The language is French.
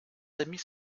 amis